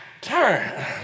turn